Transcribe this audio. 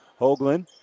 Hoagland